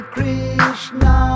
Krishna